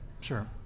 sure